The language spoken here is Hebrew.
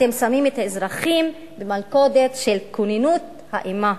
אתם שמים את האזרחים במלכודת של כוננות האימה.